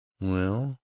Well